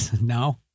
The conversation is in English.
No